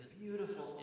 beautiful